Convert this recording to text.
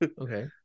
Okay